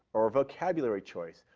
or vocabulary choice,